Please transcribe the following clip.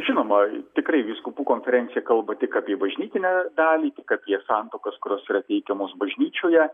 žinoma tikrai vyskupų konferencija kalba tik apie bažnytinę dalį tik apie santuokos kurios yra teikiamos bažnyčioje